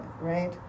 right